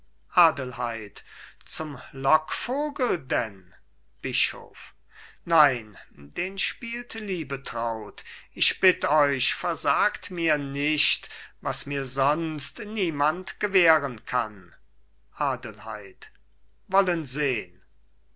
adelheid zum lockvogel denn bischof nein den spielt liebetraut ich bitt euch versagt mir nicht was mir sonst niemand gewähren kann adelheid wollen sehn